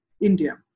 India